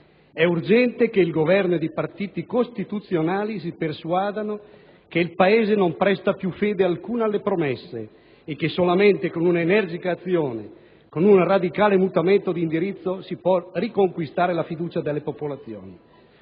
È urgente che il governo e i partiti costituzionali si persuadano che il Paese non presta più fede alcuna alle promesse e che solamente con un'energica azione, con un radicale mutamento di indirizzo si può riconquistare la fiducia delle popolazioni».